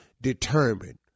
determined